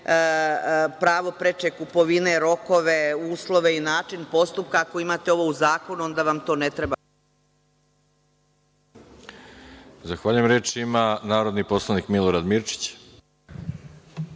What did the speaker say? pravo preče kupovine, rokove, uslove i način postupka. Ako imate ovo u zakonu, onda vam to ne treba. **Veroljub Arsić** Zahvaljujem. Reč ima narodni poslanik Milorad Mirčić.